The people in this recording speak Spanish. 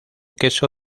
queso